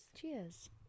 Cheers